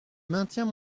maintiens